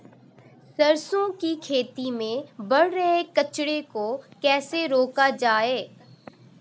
सरसों की खेती में बढ़ रहे कचरे को कैसे रोका जाए?